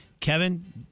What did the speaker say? Kevin